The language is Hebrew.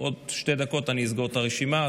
שתי דקות אסגור את הרשימה,